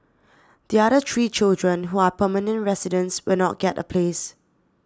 the other three children who are permanent residents will not get a place